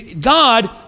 God